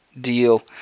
deal